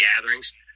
gatherings